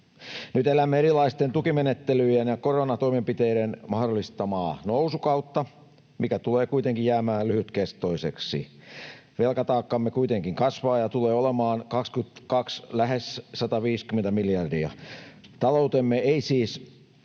Nyt elämme erilaisten tukimenettelyjen ja koronatoimenpiteiden mahdollistamaa nousukautta, mikä tulee kuitenkin jäämään lyhytkestoiseksi. Velkataakkamme kuitenkin kasvaa ja tulee olemaan vuonna 22 lähes 150 miljardia. Taloutemme ei siis